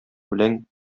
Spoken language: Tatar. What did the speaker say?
белән